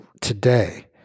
today